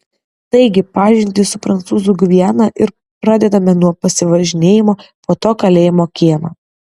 taigi pažintį su prancūzų gviana ir pradedame nuo pasivažinėjimo po to kalėjimo kiemą